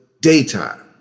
daytime